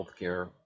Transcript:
healthcare